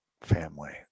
family